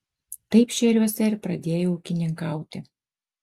taip šėriuose ir pradėjau ūkininkauti